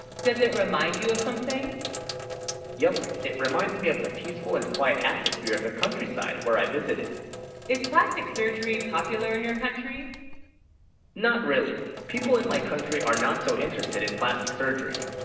does it remind you of something yep it reminds, me of the peaceful and quiet atmosphere at the countryside where i visited is plastic surgery popular in your country not really people in my country are not so interested in plastic surgery